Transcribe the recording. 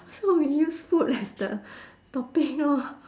so we use food as the topic lor